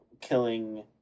killing